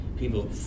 people